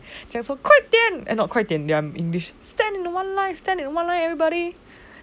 讲说快点快点 eh not 快点 is in english stand in one line stand in one line everybody